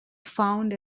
found